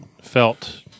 felt